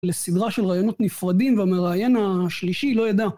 לסדרה של רעיונות נפרדים, והמראיין השלישי לא ידע.